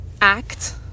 act